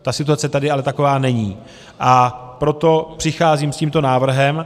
Ta situace tady ale taková není, a proto přicházím s tímto návrhem.